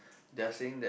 they are saying that